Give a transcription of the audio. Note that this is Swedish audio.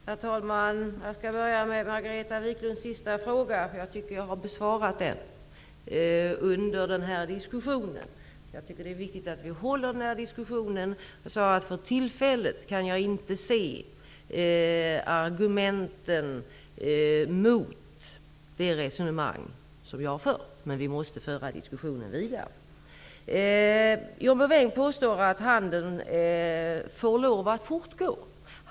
Herr talman! Jag skall börja med att ta upp Margareta Viklunds sista fråga, som jag tycker att jag har besvarat. Det är viktigt att vi för den här diskussionen. Jag sade att jag för tillfället inte kan se några argument mot det resonemang som jag har fört, men vi måste föra diskussionen vidare. John Bouvin påstår att handeln får fortgå.